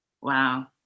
wow